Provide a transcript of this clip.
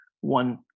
one